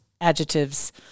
adjectives